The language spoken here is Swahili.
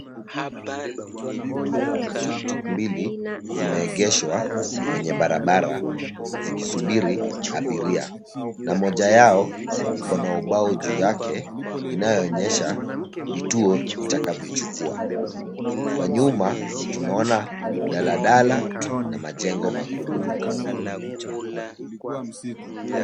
Tuktuk mbili zimeegeshwa kwenye barabara zikisubiri abiria na moja yao ikona ubao juu yake inayonyesha vituo itakavyochukua. Kwa nyuma, tunaona daladala na majengo makubwa.